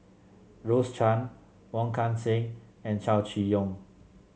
Rose Chan Wong Kan Seng and Chow Chee Yong